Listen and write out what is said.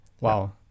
Wow